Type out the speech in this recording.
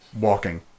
walking